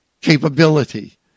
capability